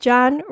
John